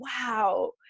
wow